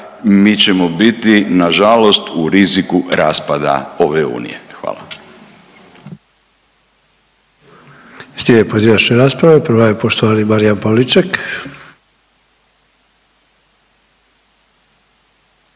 mi ćemo biti nažalost u riziku raspada ove Unije. Hvala.